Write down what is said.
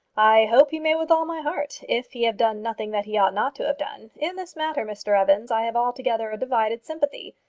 i hope he may with all my heart if he have done nothing that he ought not to have done. in this matter, mr evans, i have altogether a divided sympathy.